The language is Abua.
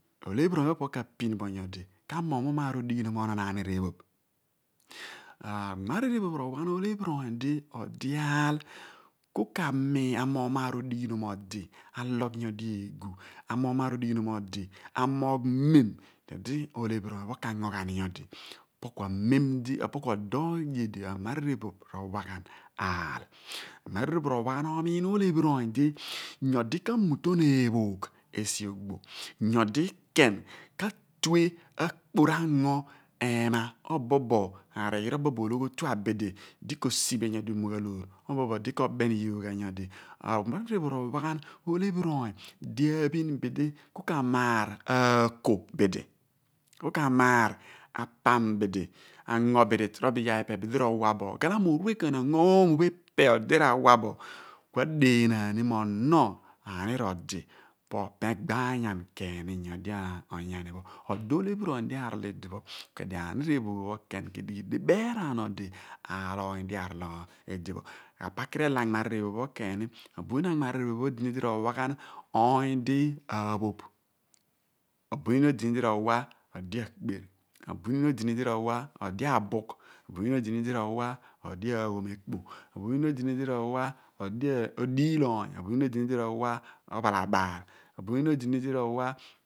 Ohephiri oony pho k'apin bo nynli ka/moogh mun maar odighinum onon anir ephoph. ammariir ephoph rowa ghan olephiri oony di ka kar amoogh maar odighinon odi, alugh nyodi eegu amoogh mem di odi olephiri oony pho k'ango ghan nyodi, opo ku odo eye di anmariir ephoph ro wa ghan aal anmariir ephoph ro wa ghan omiin olephiri oony di buli ka/muton eepoogh esi ogbo nyudi ken ka/tue akpor ango ehma obobo arighiri, obobo ologhi otu abidi osiphe nyodi umughaloor obobo di kobeni yogh ghan nyodi abid. rowa ghan olephiri oony di aaphin bisi ka maar aako bidi ku ka maar apam bidi ghalamo orue ken oni onyo oomo pho ipe odi r'awa bo ku adeenaan ni mo ono ku anar odi meegbanyan keen nyodi onyani pho odo olephiri oony di arol idipho ku edi onyo anirephoph pho k'edighi ḍiḅe raan odi aal aany di arol idigho anmariir ephoph pho ken bin eeni amem ro wa ghan oony di akar aphoph, abuniin odi di rowa odi akper, abuniin ro wa odi aghom ekpo, abuniin ro wa odiil oony, abuniih odi di ro wa ophalabaal. abuniin odi di ro wa